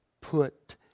put